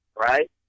right